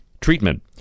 Treatment